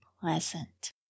pleasant